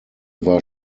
war